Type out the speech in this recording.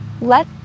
Let